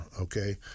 okay